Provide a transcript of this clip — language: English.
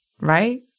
right